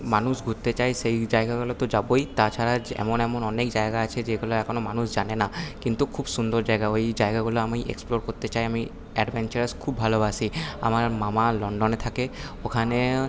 মানুষ ঘুরতে চায় সেই জায়গাগুলো তো যাবোই তাছাড়া এমন এমন অনেক জায়গা আছে যেগুলো এখনো মানুষ জানে না কিন্তু সুন্দর জায়গা ওই জায়গাগুলো আমি এক্সপ্লোর করতে চাই আমি অ্যাডভেঞ্চারাস খুব ভালোবাসি আমার মামা লন্ডনে থাকে ওখানে